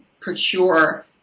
procure